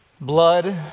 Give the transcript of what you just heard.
blood